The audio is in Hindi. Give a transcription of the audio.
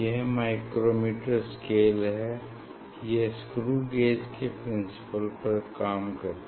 यह माइक्रोमीटर स्केल है यह स्क्रू गेज के प्रिंसिपल पर काम करता है